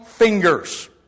fingers